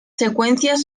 secuencias